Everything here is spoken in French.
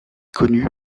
connue